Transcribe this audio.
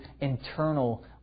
internal